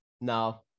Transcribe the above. No